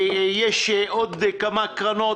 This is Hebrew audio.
יש עוד כמה קרנות.